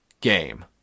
game